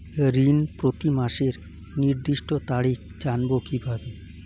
ঋণ প্রতিমাসের নির্দিষ্ট তারিখ জানবো কিভাবে?